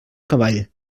cavall